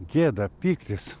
gėda pyktis